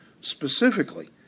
specifically